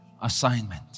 Assignment